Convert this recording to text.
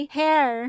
hair